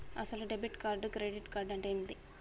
అసలు debit card credit card అంటే ఏంది?